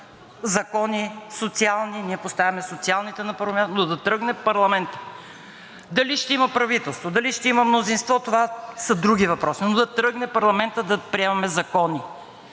закони – социални, ние поставяме социалните на първо място, но да тръгне парламентът. Дали ще има правителство, дали ще има мнозинство, това са други въпроси, но да тръгне парламентът, да приемаме закони.